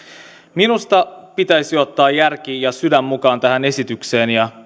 minusta pitäisi ottaa järki ja sydän mukaan tähän esitykseen ja